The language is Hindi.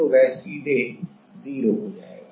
तो वह सीधे 0 हो जाएगा